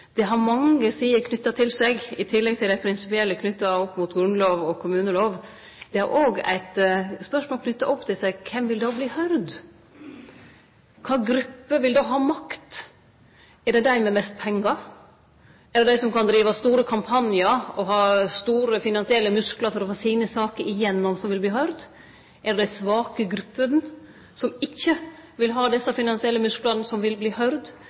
Det har mange sider knytt til seg, i tillegg til det prinsipielle knytt opp mot grunnlov og kommunelov, og det er òg eit spørsmål om kven som då vert høyrd. Kva for ei gruppe vil då ha makt? Er det dei med mest pengar? Er det dei som kan drive med store kampanjar for å få sine saker gjennom, og som har store finansielle musklar, som ville verte høyrde? Er det dei svake gruppene, som ikkje har desse finansielle musklane, som vil